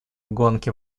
гонки